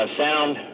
sound